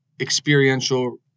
experiential